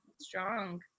strong